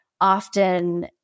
often